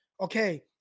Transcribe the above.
okay